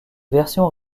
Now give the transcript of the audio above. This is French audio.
version